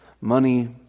Money